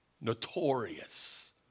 notorious